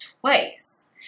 twice